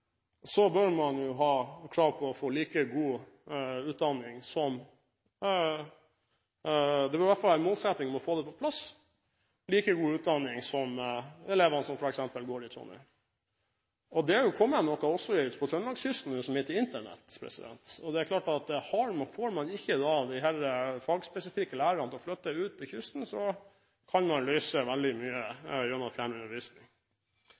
bør man ha krav på å få like god utdanning som elever som f.eks. går i Trondheim. Det bør i hvert fall være en målsetting å få det på plass. Det er kommet noe også på Trøndelags-kysten som heter Internett. Får man ikke de fagspesifikke lærerne til å flytte ut til kysten, kan man løse veldig mye gjennom fjernundervisning. Det er